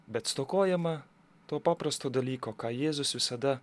bet stokojama to paprasto dalyko ką jėzus visada